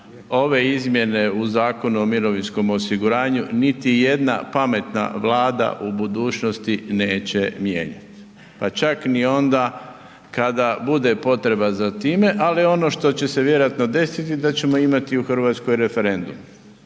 ove izmjene u Zakonu o mirovinskom osiguranju niti jedna pametna vlada u budućnosti neće mijenjati. Pa čak ni onda kada bude potreba za time, ali ono što će se vjerojatno desiti da ćemo imati u Hrvatskoj referendum.